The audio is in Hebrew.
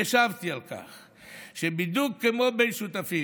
והשבתי על כך, שבדיוק כמו בין שותפים,